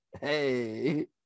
hey